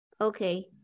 Okay